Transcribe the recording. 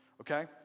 Okay